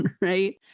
right